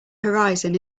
horizon